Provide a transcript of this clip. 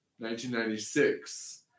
1996